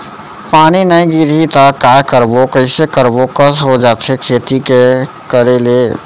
पानी नई गिरही त काय करबो, कइसे करबो कस हो जाथे खेती के करे ले